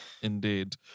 Indeed